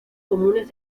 comunes